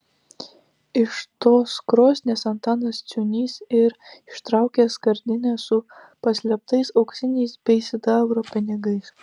iš tos krosnies antanas ciūnys ir ištraukė skardinę su paslėptais auksiniais bei sidabro pinigais